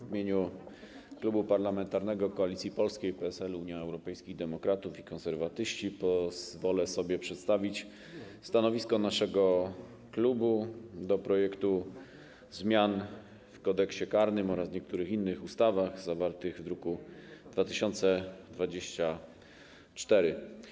W imieniu Klubu Parlamentarnego Koalicja Polska - PSL, Unia Europejskich Demokratów, Konserwatyści pozwolę sobie przedstawić stanowisko w sprawie projektu zmian w Kodeksie karnym oraz niektórych innych ustawach, zawartego w druku nr 2024.